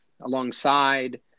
alongside